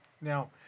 Now